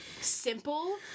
simple